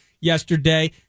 yesterday